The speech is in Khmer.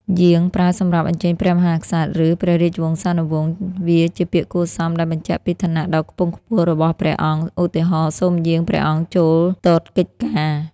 យាង ប្រើសម្រាប់អញ្ជើញព្រះមហាក្សត្រ ឬព្រះរាជវង្សានុវង្ស វាជាពាក្យគួរសមដែលបញ្ជាក់ពីឋានៈដ៏ខ្ពង់ខ្ពស់របស់ព្រះអង្គ ឧទាហរណ៍ សូមយាងព្រះអង្គចូលទតកិច្ចការ។